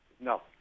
No